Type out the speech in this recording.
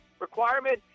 requirement